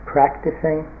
practicing